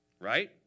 right